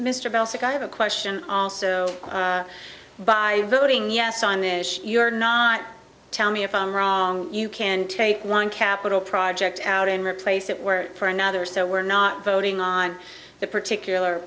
sic i have a question also by voting yes on this you're not tell me if i'm wrong you can take one capital project out and replace it work for another so we're not voting on the particular